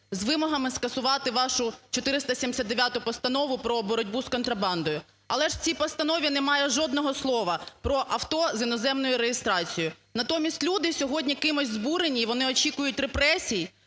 з вимогами скасувати вашу 479 Постанову про боротьбу з контрабандою. Але ж в цій постанові немає жодного слова про авто з іноземною реєстрацією. Натомість люди сьогодні кимось збурені, і вони очікують репресій